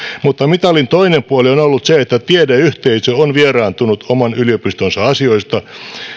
mutta mitalin toinen puoli on ollut se että tiedeyhteisö on vieraantunut oman yliopistonsa asioista